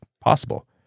possible